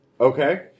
Okay